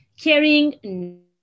caring